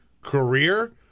career